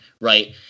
Right